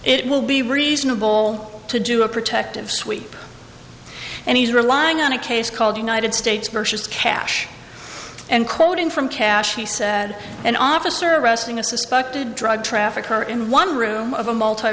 it will be reasonable to do a protective sweep and he's relying on a case called united states versus cash and quoting from cash he said an officer arresting a suspected drug trafficker in one room of a